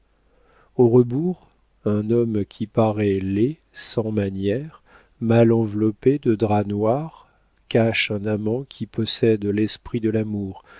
au rebours un homme qui paraît laid sans manières mal enveloppé de drap noir cache un amant qui possède l'esprit de l'amour